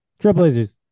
Trailblazers